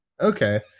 okay